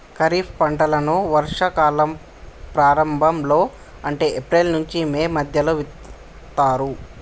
ఖరీఫ్ పంటలను వర్షా కాలం ప్రారంభం లో అంటే ఏప్రిల్ నుంచి మే మధ్యలో విత్తుతరు